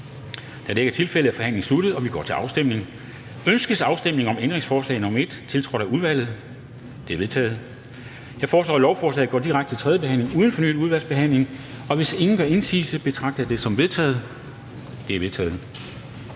Kl. 13:19 Afstemning Formanden (Henrik Dam Kristensen): Ønskes afstemning om ændringsforslag nr. 1, tiltrådt af udvalget? Det er vedtaget. Jeg foreslår, at lovforslaget går direkte til tredje behandling uden fornyet udvalgsbehandling. Hvis ingen gør indsigelse, betragter jeg det som vedtaget. Det er vedtaget.